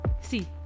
See